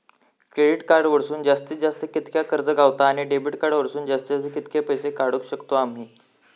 Credit card वरसून जास्तीत जास्त कितक्या कर्ज गावता, आणि डेबिट कार्ड वरसून जास्तीत जास्त कितके पैसे काढुक शकतू आम्ही?